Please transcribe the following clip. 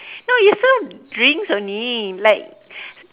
no you serve drinks only like